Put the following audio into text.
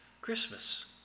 Christmas